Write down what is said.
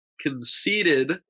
conceded